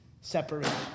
separation